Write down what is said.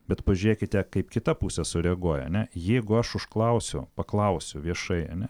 bet pažiūrėkite kaip kita pusė sureaguoja ane jeigu aš užklausiu paklausiu viešai ane